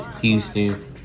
Houston